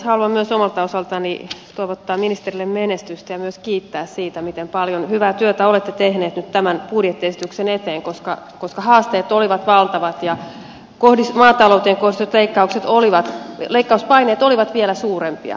haluan myös omalta osaltani toivottaa ministerille menestystä ja myös kiittää siitä miten paljon hyvää työtä olette tehnyt nyt tämän budjettiesityksen eteen koska haasteet olivat valtavat ja maatalouteen kohdistetut leikkauspaineet olivat vielä suurempia